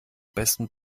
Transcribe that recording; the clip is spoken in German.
besten